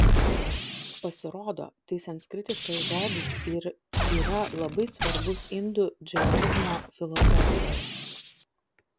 pasirodo tai sanskritiškas žodis ir yra labai svarbus indų džainizmo filosofijoje